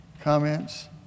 comments